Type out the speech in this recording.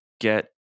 get